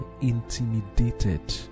intimidated